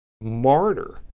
martyr